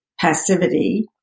passivity